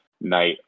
night